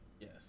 Yes